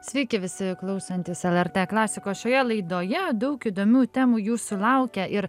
sveiki visi klausantys lrt klasikos šioje laidoje daug įdomių temų jūsų laukia ir